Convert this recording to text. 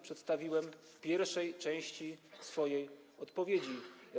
Przedstawiłem je w pierwszej części swojej odpowiedzi.